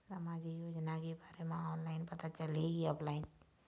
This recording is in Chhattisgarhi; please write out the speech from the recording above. सामाजिक योजना के बारे मा ऑनलाइन पता चलही की ऑफलाइन?